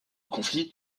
conflit